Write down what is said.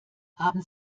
haben